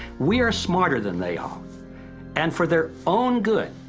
we are smarter than they are and for their own good,